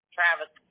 Travis